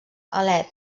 alep